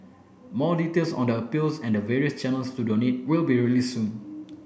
more details on the appeals and the various channels to donate will be released soon